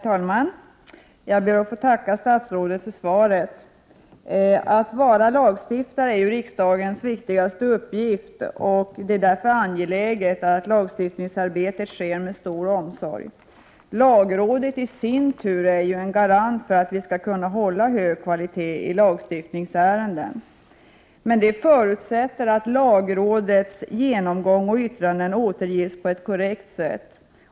Herr talman! Jag ber att få tacka statsrådet för svaret. Att vara lagstiftare är riksdagens viktigaste uppgift, och det är därför angeläget att lagstiftningsarbetet sker med stor omsorg. Lagrådet är i sin tur en garant för att vi skall kunna hålla hög kvalitet på lagstiftningsärenden. Men det förutsätter att lagrådets genomgång och yttranden återges på ett korrekt sätt.